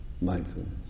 Mindfulness